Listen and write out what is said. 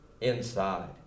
inside